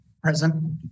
Present